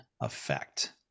effect